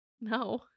No